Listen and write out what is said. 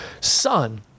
son